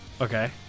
Okay